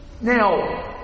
Now